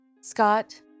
scott